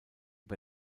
bei